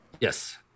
Yes